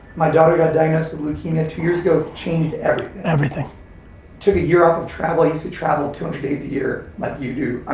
my daughter got diagnosed with leukemia two years ago, it's changed everything. everything. i took a year off of travel. i used to travel two hundred days a year, like you do. i